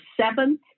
seventh